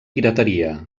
pirateria